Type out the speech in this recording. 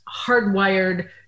hardwired